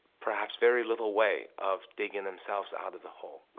perhaps very little way of digging themselves out of the hole.